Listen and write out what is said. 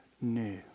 new